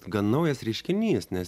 gan naujas reiškinys nes